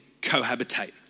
cohabitate